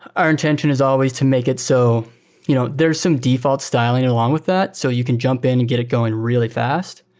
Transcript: our intention is always to make it so you know there's some default styling along with that. so you can jump in and get it going really fast.